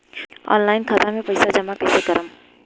Online खाता मे पईसा जमा कइसे करेम?